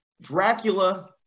Dracula